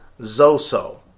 Zoso